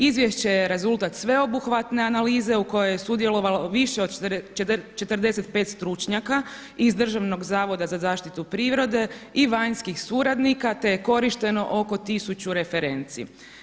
Izvješće je rezultat sveobuhvatne analize u kojoj je sudjelovalo više od 45 stručnjaka iz Državnog zavoda za zaštitu prirode i vanjskih suradnika te je korišteno oko tisuću referenci.